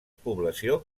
població